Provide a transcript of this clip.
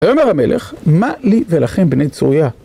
אומר המלך, מה לי ולכם, בני צוריה?